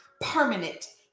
permanent